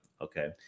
Okay